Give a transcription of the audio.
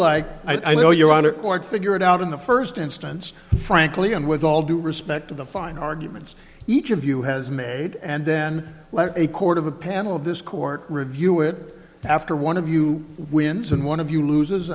like i know your honor quite figure it out in the first instance frankly and with all due respect to the fine arguments each of you has made and then a court of a panel of this court review it after one of you wins and one of you loses